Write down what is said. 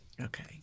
Okay